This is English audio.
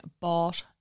bought